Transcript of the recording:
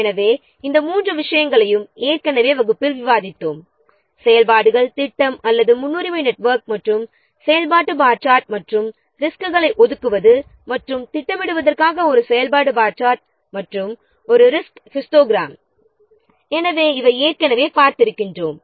எனவே இந்த மூன்று விஷயங்களையும் ஏற்கனவே வகுப்பில் விவாதித்தோம் செயல்பாடுகள் திட்டம் அல்லது முன்னுரிமை நெட்வொர்க் மற்றும் செயல்பாட்டு பார் சார்ட் மற்றும் ரிசோர்ஸ்களை ஒதுக்குவது மற்றும் திட்டமிடுவதற்காக ஒரு செயல்பாட்டு பார் சார்ட் மற்றும் ஒரு ரிசோர்ஸ் ஹிஸ்டோகிராமையும் நாம் ஏற்கனவே பயன்படுத்தியுள்ளோம்